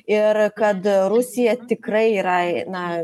ir kad rusija tikrai yra na